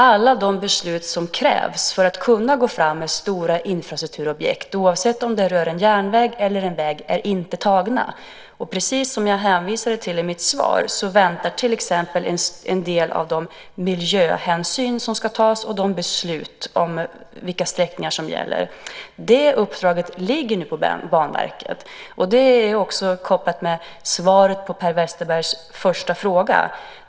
Alla beslut som krävs för att man ska kunna gå fram med stora infrastrukturobjekt, oavsett om det rör en järnväg eller en väg, är inte tagna. Och precis som jag hänvisade till i mitt svar väntar till exempel en del av de miljöhänsyn som ska tas och beslut om vilka sträckningar som gäller. Det uppdraget ligger nu på Banverket. Det är också kopplat till svaret på Per Westerbergs första fråga.